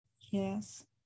Yes